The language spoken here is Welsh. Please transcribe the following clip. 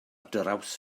draws